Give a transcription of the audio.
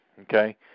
okay